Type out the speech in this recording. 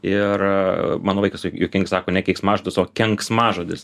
ir mano vaikas juokingai sako ne keiksmažodis o kenksmažodis